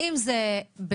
אם זה במסוק,